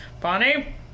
Bonnie